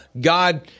God